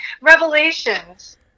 Revelations